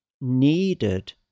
needed